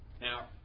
Now